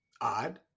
odd